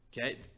okay